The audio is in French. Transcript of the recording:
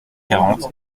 quarante